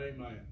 Amen